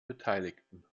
beteiligten